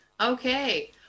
Okay